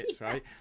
right